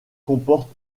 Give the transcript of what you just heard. comporte